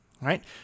right